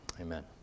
Amen